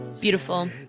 Beautiful